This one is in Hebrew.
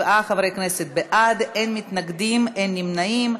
37 חברי כנסת בעד, אין מתנגדים, אין נמנעים.